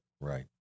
right